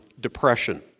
depression